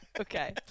Okay